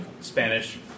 Spanish